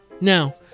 Now